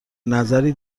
نظری